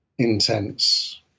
intense